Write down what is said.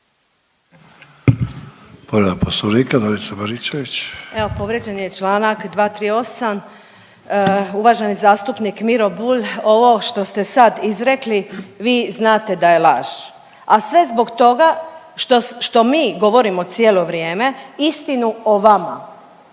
**Baričević, Danica (HDZ)** Evo povrijeđen je čl. 238. uvaženi zastupnik Miro Bulj ovo što ste sad izrekli vi znate da je laž, a sve zbog toga što mi govorimo cijelo vrijeme istinu o vama.